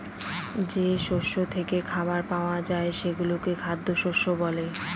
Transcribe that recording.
যে শস্য থেকে খাবার পাওয়া যায় সেগুলোকে খ্যাদ্যশস্য বলে